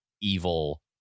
evil